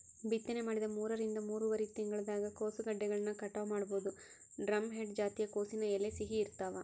ಬಿತ್ತನೆ ಮಾಡಿದ ಮೂರರಿಂದ ಮೂರುವರರಿ ತಿಂಗಳದಾಗ ಕೋಸುಗೆಡ್ಡೆಗಳನ್ನ ಕಟಾವ ಮಾಡಬೋದು, ಡ್ರಂಹೆಡ್ ಜಾತಿಯ ಕೋಸಿನ ಎಲೆ ಸಿಹಿ ಇರ್ತಾವ